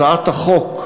הצעת החוק,